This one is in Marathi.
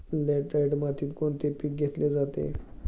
लॅटराइट मातीत कोणते पीक घेतले जाते?